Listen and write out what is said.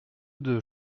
deux